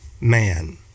man